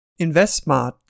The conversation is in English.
InvestSmart